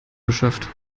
beschafft